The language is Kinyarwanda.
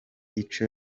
ico